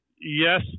Yes